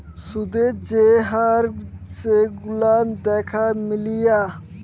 সুদের যে হার সেগুলান দ্যাখে লিয়া